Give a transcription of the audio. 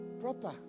Proper